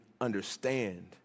understand